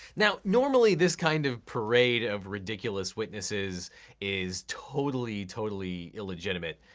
now normally, this kind of parade of ridiculous witnesses is totally, totally illegitimate.